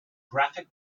graphic